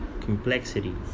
complexity